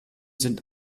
sind